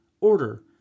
order